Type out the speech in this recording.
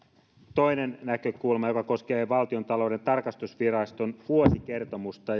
toinen näkökulma joka koskee valtiontalouden tarkastusviraston vuosikertomusta